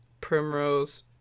Primrose